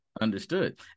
Understood